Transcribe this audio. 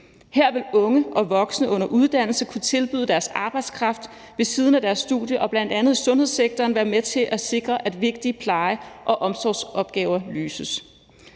Her vil de unge og voksne under uddannelse kunne tilbyde deres arbejdskraft ved siden af deres studie og bl.a. i sundhedssektoren være med til at sikre, at vigtige pleje- og omsorgsopgaver løses.